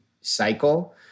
cycle